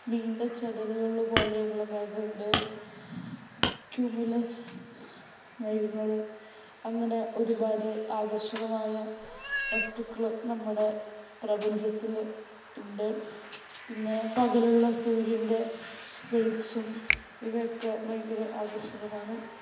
മീൻ്റെ ചെതളുകള് പോലെയുള്ള മേഘമുണ്ട് ക്യുമുലസ് മേഘങ്ങള് അങ്ങനെ ഒരുപാട് ആകർഷകമായ വസ്തുക്കള് നമ്മുടെ പ്രപഞ്ചത്തില് ഉണ്ട് പിന്നെ പകലുള്ള സൂര്യൻ്റെ വെളിച്ചം ഇവയൊക്കെ ഭയങ്കര ആകർഷകമാണ്